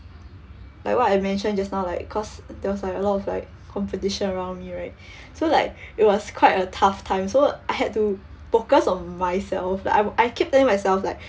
like what I mentioned just now like cause there was like a lot of like competition around me right so like it was quite a tough time so I had to focus on myself like I'd I kept things myself like